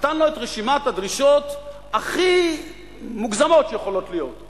נתן לו את רשימת הדרישות הכי מוגזמות שיכולות להיות,